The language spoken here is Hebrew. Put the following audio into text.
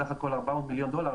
סך הכול 400 מיליון דולר,